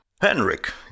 Henrik